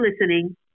listening